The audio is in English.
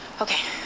Okay